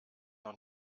noch